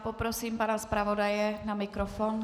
Poprosím pana zpravodaje na mikrofon.